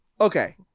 Okay